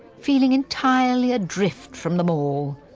feeling entirely adrift from them all.